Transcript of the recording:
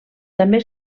també